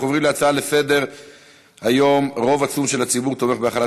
אנחנו עוברים להצעה לסדר-היום: רוב עצום של הציבור תומך בהחלת